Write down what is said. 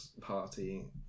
party